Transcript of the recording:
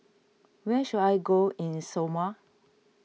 where should I go in Samoa